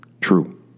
true